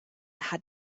had